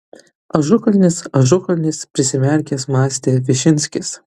ažukalnis ažukalnis prisimerkęs mąstė višinskis